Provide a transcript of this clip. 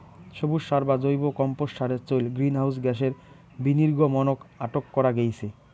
সবুজ সার বা জৈব কম্পোট সারের চইল গ্রীনহাউস গ্যাসের বিনির্গমনক আটক করা গেইচে